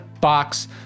box